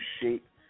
shape